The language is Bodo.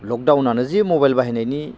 लकडाउनआनो जे मबाइल बाहायनायनि